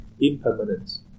impermanence